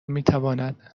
میتواند